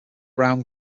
brown